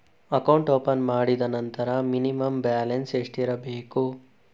Account open ಆದ ನಂತರ minimum balance ಎಷ್ಟಿರಬೇಕು?